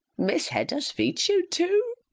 miss hedda's fichu, too!